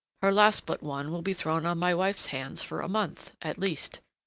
her last but one will be thrown on my wife's hands for a month, at least.